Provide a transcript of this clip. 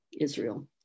Israel